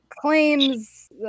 Claims